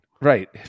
Right